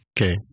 okay